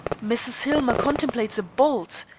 mrs. hillmer contemplates a bolt.